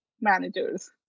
managers